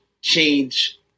change